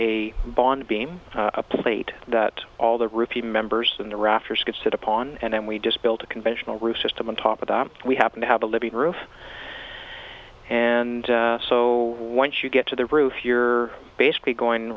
a bond beam a plate that all the roof you members in the rafters could sit upon and then we just built a conventional roof system on top of that we happen to have a living roof and so once you get to the roof you're basically going